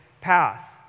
path